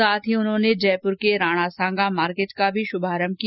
साथ ही उन्होंने जयपुर के राणा सांगा मार्केट का भी शुभारम्म किया